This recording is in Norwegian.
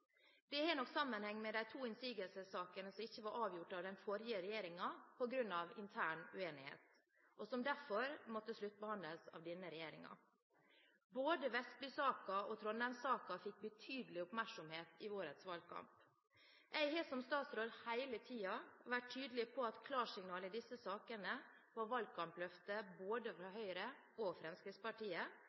Det har nok sammenheng med de to innsigelsessakene som ikke var avgjort av den forrige regjeringen på grunn av intern uenighet, og som derfor måtte sluttbehandles av denne regjeringen. Både Vestby-saken og Trondheim-saken fikk betydelig oppmerksomhet i årets valgkamp. Jeg har som statsråd hele tiden vært tydelig på at klarsignal i disse sakene var valgkampløfter fra både Høyre og Fremskrittspartiet,